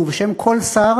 ובשם כל שר